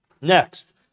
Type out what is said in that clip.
Next